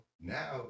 now